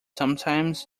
sometimes